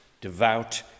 devout